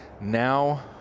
Now